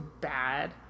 bad